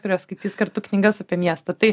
kurios skaitys kartu knygas apie miestą tai